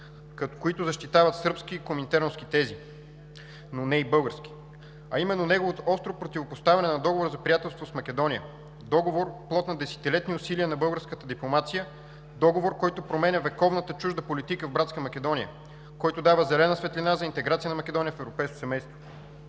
които защитават сръбски и коминтерновски тези, но не и български, а именно неговото остро противопоставяне на Договора за приятелство с Македония – договор, плод на десетилетни усилия на българската дипломация, договор, който променя вековната чужда политика в братска Македония, който дава зелена светлина за интеграция на Македония в европейското семейство.